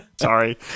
sorry